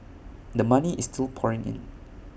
the money is still pouring in